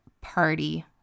party